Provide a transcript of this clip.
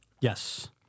Yes